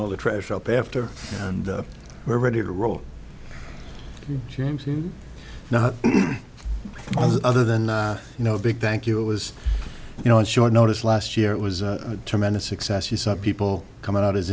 all the trash up after and we're ready to roll james on the other than you know big thank you it was you know it's short notice last year it was a tremendous success you saw people come out as